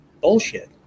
bullshit